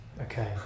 Okay